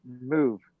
move